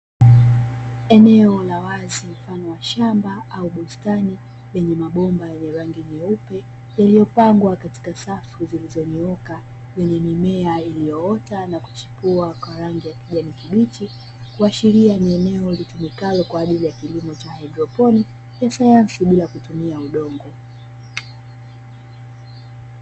Eneo la wazi mfano wa shamba au bustani, lenye mabomba yenye rangi nyeupe, yaliyopangwa katika safu zilizonyooka, yenye mimea iliyoota na kuchipua kwa rangi ya kijani kibichi. Kuashiria ni eneo litumikalo kwa ajili ya kilimo cha haidroponi, ya sayansi bila kutumia udongo.